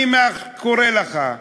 אני קורא לך,